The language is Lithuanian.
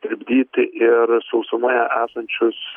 tirpdyti ir sausumoje esančius